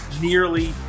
nearly